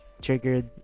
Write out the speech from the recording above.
triggered